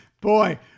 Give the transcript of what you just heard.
boy